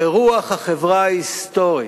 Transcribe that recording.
שרוח החברה ההיסטורית,